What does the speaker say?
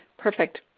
perfect.